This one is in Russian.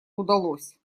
удалось